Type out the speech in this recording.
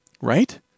right